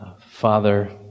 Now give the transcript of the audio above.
Father